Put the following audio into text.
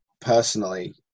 personally